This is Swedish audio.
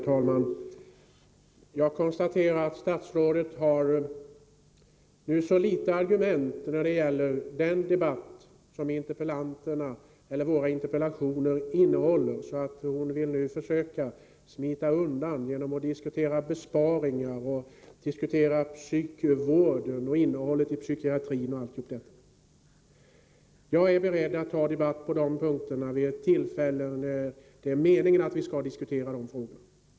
Herr talman! Jag konstaterar att statsrådet har så svaga argument i den debatt som våra interpellationer gäller, att hon nu vill försöka smita undan genom att diskutera besparingar, psykvård, innehållet i psykiatrin och allt möjligt sådant. Jag är beredd att ta en debatt om de frågorna vid ett tillfälle då det är meningen att vi skall diskutera dem.